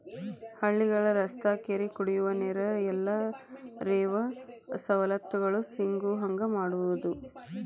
ಹಳ್ಳಿಗಳ ರಸ್ತಾ ಕೆರಿ ಕುಡಿಯುವ ನೇರ ಎಲ್ಲಾ ರೇತಿ ಸವಲತ್ತು ಸಿಗುಹಂಗ ಮಾಡುದ